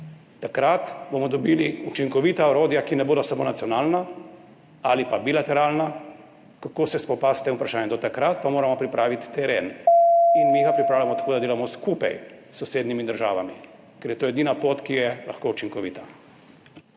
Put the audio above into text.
Takrat bomo dobili učinkovita orodja, ki ne bodo samo nacionalna ali pa bilateralna, kako se spopasti s tem vprašanjem. Do takrat pa moramo pripraviti teren. In mi ga pripravljamo tako, da delamo skupaj s sosednjimi državami, ker je to edina pot, ki je lahko učinkovita.